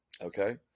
okay